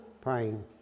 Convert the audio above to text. praying